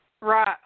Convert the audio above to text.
Right